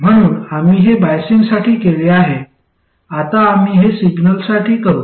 म्हणून आम्ही हे बायसिंगसाठी केले आहे आता आम्ही हे सिग्नलसाठी करू